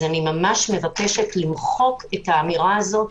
אני מבקשת למחוק את האמירה הזאת,